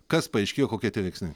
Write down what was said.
kas paaiškėjo kokie tie veiksniai